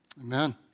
Amen